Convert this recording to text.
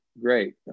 Great